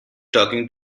talking